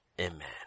Amen